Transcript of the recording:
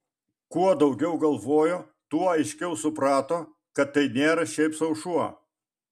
kuo daugiau galvojo tuo aiškiau suprato kad tai nėra šiaip sau šuo